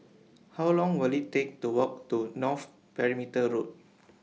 How Long Will IT Take to Walk to North Perimeter Road